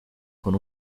con